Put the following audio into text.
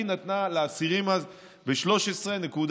היא נתנה לאסירים, אז, ב-13.98